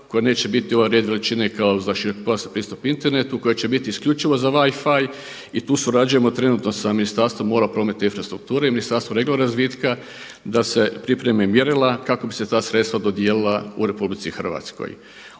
koja neće biti … red veličine kao za širokopojasni pristup internetu koji će biti isključivo za Wifi i tu surađujemo trenutno sa Ministarstvom mora, prometa i infrastrukture i Ministarstvom regionalnog razvitka da se pripreme mjerila kako bi se ta sredstva dodijelila u RH.